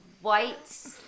white